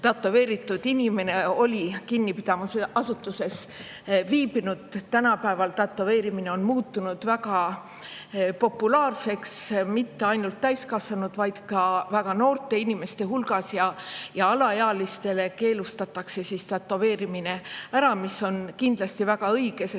tätoveeritud inimene on kinnipidamisasutuses viibinud. Tänapäeval on tätoveerimine muutunud väga populaarseks mitte ainult täiskasvanute, vaid ka väga noorte inimeste hulgas. Alaealistele keelatakse tätoveerimine ära, mis on kindlasti väga õige, sest